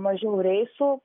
mažiau reisų